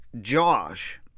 Josh